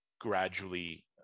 gradually